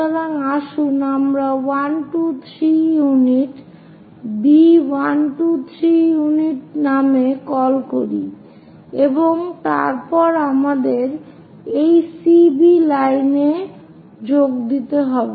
সুতরাং আসুন আমরা 1 2 3 ইউনিট B 1 2 3 ইউনিট নামে কল করি এবং তারপর আমাদের এই CB লাইনে যোগ দিতে হবে